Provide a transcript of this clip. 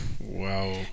Wow